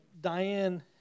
Diane